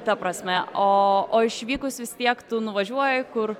ta prasme o o išvykus vis tiek tu nuvažiuoji kur